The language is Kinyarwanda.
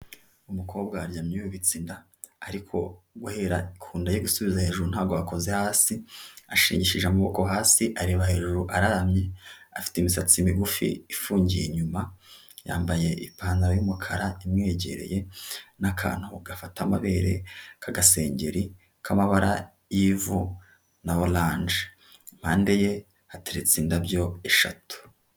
Umukobwa aryamye yubitse inda ariko guhera ku nda ye gusubiza hejuru ntabwo wakoze hasi ashinshije amaboko hasi areba hejuru aramye afite imisatsi migufi ifungiye inyuma yambaye ipantaro yumukara imwegereye n'akantu gafata amabere k'agasengeri k'amabara y'ivu na orange mde ye hateretse indabyo eshatu.